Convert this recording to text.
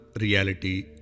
reality